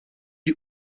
die